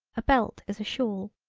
a belt is a shawl.